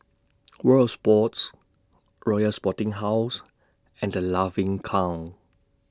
World of Sports Royal Sporting House and The Laughing Cow